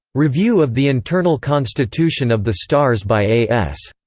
review of the internal constitution of the stars by a s.